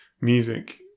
music